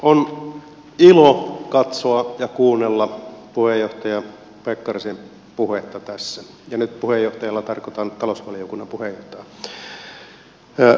on ilo katsoa ja kuunnella puheenjohtaja pekkarisen puhetta tässä ja nyt puheenjohtajalla tarkoi tan talousvaliokunnan puheenjohtajaa